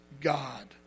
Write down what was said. God